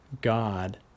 God